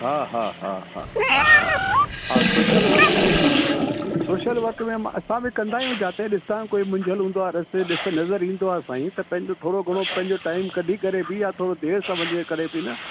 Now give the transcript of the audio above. हा हा हा हा हा हा सोशल वर्क में हा सोशल वर्क में मां असां बि कंदा आहियूं जिथे ॾिसंदा आहियूं कोई मुंझियल हूंदो आहे रस्ते ते नज़र ईंदो आहे साईं त पंहिंजो थोरो घणो टाइम कढी करे बि या देरि सां वञे करे बि न